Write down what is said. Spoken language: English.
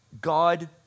God